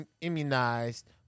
immunized